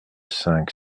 cinq